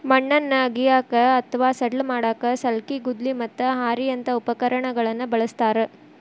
ಮಣ್ಣನ್ನ ಅಗಿಯಾಕ ಅತ್ವಾ ಸಡ್ಲ ಮಾಡಾಕ ಸಲ್ಕಿ, ಗುದ್ಲಿ, ಮತ್ತ ಹಾರಿಯಂತ ಉಪಕರಣಗಳನ್ನ ಬಳಸ್ತಾರ